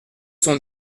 sont